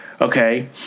Okay